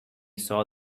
saw